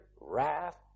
wrath